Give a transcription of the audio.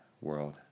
world